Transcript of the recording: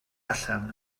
allan